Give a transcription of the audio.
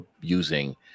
using